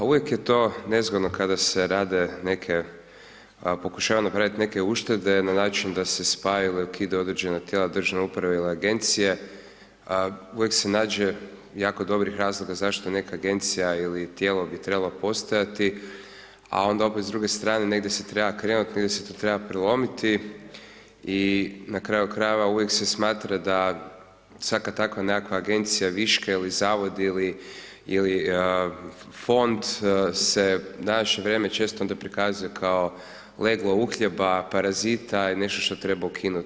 Uvijek je to nezgodno kada se rade neke, pokušavaju napraviti neke uštede na način da se spajaju ili ukidaju određena tijela državne uprave ili agencije, uvijek se nađe jako dobrih razloga zašto neka agencija ili tijelo bi trebalo postojati a onda opet s druge strane negdje se treba krenuti, negdje se to treba prelomiti i na kraju krajeva, uvijek se smatra da svaka takva nekakva agencija viška ili zavod ili fond se u današnje vrijeme često onda prikazuje kao leglo uhljeba, parazita i nešto što treba ukinuti.